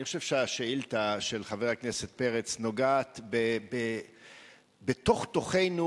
אני חושב שהשאילתא של חבר הכנסת פרץ נוגעת בתוך תוכנו,